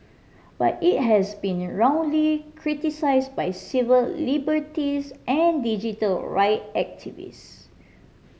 but it has been roundly criticised by civil liberties and digital right activist